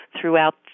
throughout